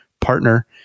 partner